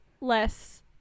less